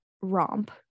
romp